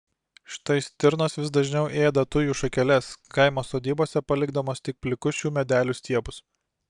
štai stirnos vis dažniau ėda tujų šakeles kaimo sodybose palikdamos tik plikus šių medelių stiebus